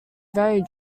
very